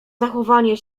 zachowanie